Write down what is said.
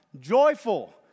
joyful